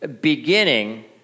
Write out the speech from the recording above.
beginning